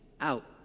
out